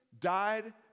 died